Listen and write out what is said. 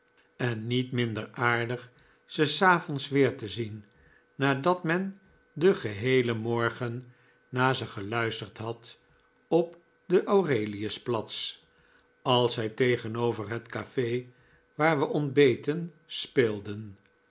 en niet minder aardig ze'savonds weer te zien nadat men den geheelen morgen naar ze geluisterd had op den aurelius platz als zij tegenover het cafe waar we ontbeten speelden